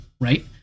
Right